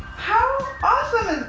how awesome